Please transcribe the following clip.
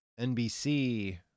NBC